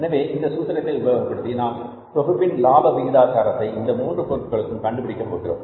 எனவே இந்த சூத்திரத்தை உபயோகப்படுத்தி நாம் தொகுப்பின் லாப விகிதாச்சாரத்தை இந்த மூன்று பொருட்களுக்கும் கண்டுபிடிக்க போகிறோம்